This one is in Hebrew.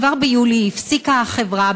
כבר ביולי הפסיקה החברה,